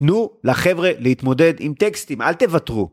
תנו לחבר'ה להתמודד עם טקסטים, אל תוותרו.